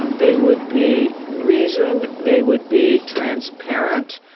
um they would be reasoned, they would be transparent,